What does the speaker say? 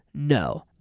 No